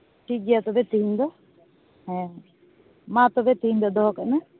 ᱴᱷᱤᱠᱜᱮᱭᱟ ᱛᱚᱵᱮ ᱛᱤᱦᱤᱧ ᱫᱚ ᱦᱮᱸ ᱢᱟ ᱛᱚᱵᱮ ᱛᱤᱦᱤᱧ ᱫᱚ ᱫᱚᱦᱚ ᱠᱮᱫᱼᱟᱹᱧ